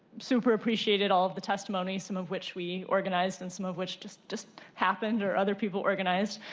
super appreciated all the testimony. some of which we organized and some of which just just happened. or other people organized.